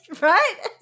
right